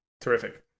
Terrific